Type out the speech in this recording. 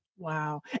Wow